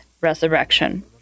resurrection